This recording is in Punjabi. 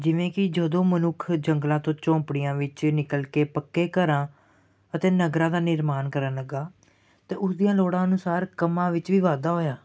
ਜਿਵੇਂ ਕਿ ਜਦੋਂ ਮਨੁੱਖ ਜੰਗਲਾਂ ਤੋਂ ਝੋਂਪੜੀਆਂ ਵਿੱਚ ਨਿਕਲ ਕੇ ਪੱਕੇ ਘਰਾਂ ਅਤੇ ਨਗਰਾਂ ਦਾ ਨਿਰਮਾਣ ਕਰਨ ਲੱਗਾ ਅਤੇ ਉਸਦੀਆਂ ਲੋੜਾਂ ਅਨੁਸਾਰ ਕੰਮਾਂ ਵਿੱਚ ਵੀ ਵਾਧਾ ਹੋਇਆ